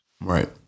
right